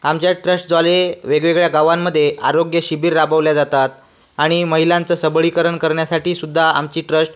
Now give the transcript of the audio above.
आमच्या ट्रस्टद्वारे वेगवेगळ्या गावांमध्ये आरोग्य शिबीर राबवल्या जातात आणि महिलांचं सबलीकरण करण्यासाठी सुद्धा आमची ट्रस्ट